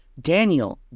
daniel